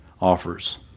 offers